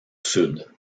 sud